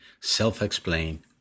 self-explain